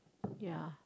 ya